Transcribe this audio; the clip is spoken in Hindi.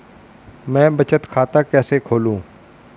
मैं बचत खाता कैसे खोलूं?